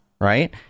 Right